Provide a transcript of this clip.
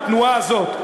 התנועה הזאת,